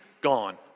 gone